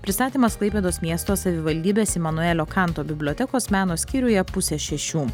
pristatymas klaipėdos miesto savivaldybės imanuelio kanto bibliotekos meno skyriuje pusę šešių